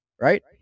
Right